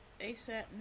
ASAP